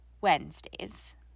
Wednesdays